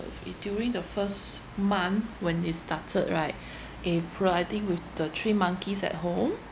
during the first month when it started right april I think with the three monkeys at home